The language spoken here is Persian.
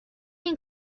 این